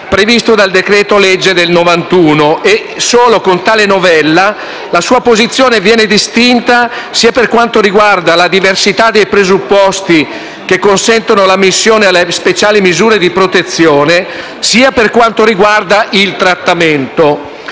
previsto dal decreto-legge del 1991 e solo con tale novella la sua posizione viene distinta per quanto riguarda sia la diversità dei presupposti che consentono l'ammissione alle speciali misure di protezione, sia il trattamento.